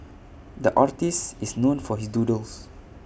the artist is known for his doodles